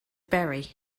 bury